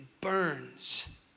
burns